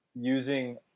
using